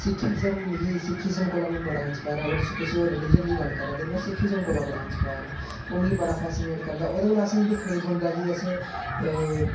सिक्ख ईजम मिगी सिक्ख ईजम कोला में बडा इंसपाइर आं तुस अगर किसे होर रिलिजन दी गल्ल करा दे में सिक्ख ईजम कोला बडा इंसपाइयर आं ओह् मिगी बड़ा फेसीनेट करदा ओहदे कोला असें दिक्खने गी थ्होंदा कि असें